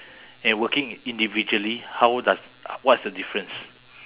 and working individually how does what's the difference